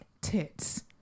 tits